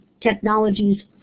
technologies